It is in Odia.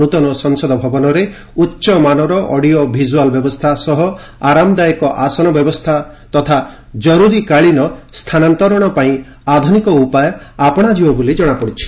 ନୃତନ ସଂସଦ ଭବନରେ ଉଚ୍ଚମାନର ଅଡ଼ିଓ ଭିକୁଆଲ୍ ବ୍ୟବସ୍ଥା ସହ ଆରାମଦାୟକ ଆସନ ବ୍ୟବସ୍ଥା ତଥା ଜରୁରୀକାଳୀନ ସ୍ଥାନାନ୍ତରଣ ପାଇଁ ଆଧୁନିକ ଉପାୟ ଆପଣାଯିବ ବୋଲି କଣାପଡ଼ିଛି